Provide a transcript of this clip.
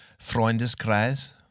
Freundeskreis